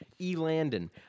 Elandon